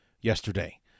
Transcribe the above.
yesterday